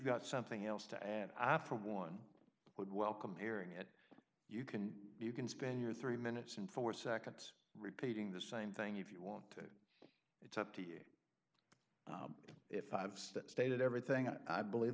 got something else to add i for one would welcome hearing it you can you can spend your three minutes in four seconds repeating the same thing if you want it it's up to you if i have stated everything i believe